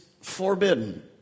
forbidden